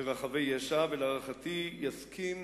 ברחבי יש"ע, ולהערכתי יסכים